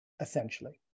essentially